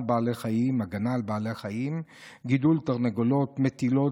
בעלי חיים (הגנה על בעלי חיים) (גידול תרנגולות מטילות